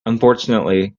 unfortunately